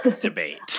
debate